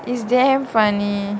is damn funny